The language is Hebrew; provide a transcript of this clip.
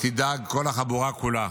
תדאג כל החבורה כולה.